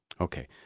Okay